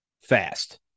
fast